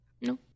no